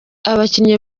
abakinnyi